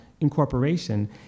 incorporation